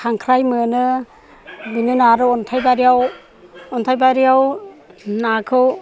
खांख्राय मोनो बेनि उनाव आरो अन्थायबारियाव अन्थायबारियाव नाखौ